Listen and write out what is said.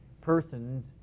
persons